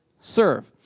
serve